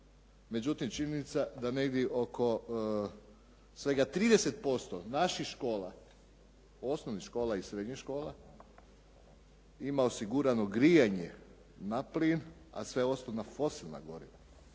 Međutim, činjenica je da svega negdje oko 30% naših škola, osnovnih škola i srednjih škola ima osigurano grijanje na plin a sve ostalo na fosilna goriva.